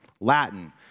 Latin